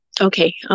Okay